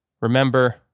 Remember